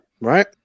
right